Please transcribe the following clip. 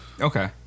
Okay